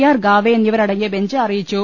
R Gavai എന്നിവരടങ്ങിയ bench അറി യിച്ചു